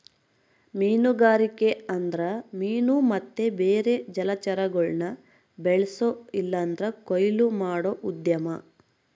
ಮೀನುಗಾರಿಕೆ ಅಂದ್ರ ಮೀನು ಮತ್ತೆ ಬೇರೆ ಜಲಚರಗುಳ್ನ ಬೆಳ್ಸೋ ಇಲ್ಲಂದ್ರ ಕೊಯ್ಲು ಮಾಡೋ ಉದ್ಯಮ